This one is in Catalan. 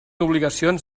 obligacions